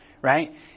right